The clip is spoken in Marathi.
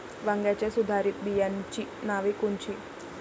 वांग्याच्या सुधारित बियाणांची नावे कोनची?